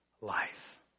life